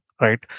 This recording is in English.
right